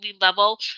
level